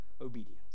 obedience